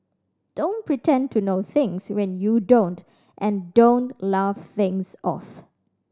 don't pretend to know things when you don't and don't laugh things off